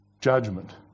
judgment